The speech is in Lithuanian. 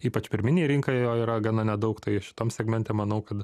ypač pirminėj rinkoj jo yra gana nedaug tai šitam segmente manau kad